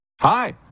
Hi